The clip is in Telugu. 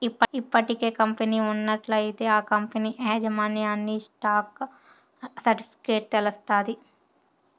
ఇప్పటికే కంపెనీ ఉన్నట్లయితే ఆ కంపనీ యాజమాన్యన్ని స్టాక్ సర్టిఫికెట్ల తెలస్తాది